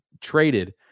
traded